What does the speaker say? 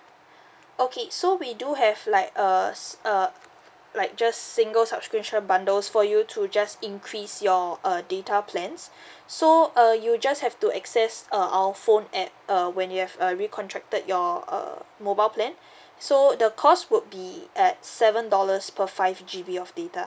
okay so we do have like uh uh like just single subscription bundles for you to just increase your uh data plans so uh you just have to access uh our phone at uh when you have uh recontracted your err mobile plan so the cost would be at seven dollars per five G_B of data